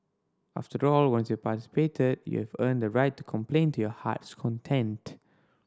after all once you participated you have earned the right to complain to your heart's content